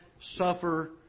suffer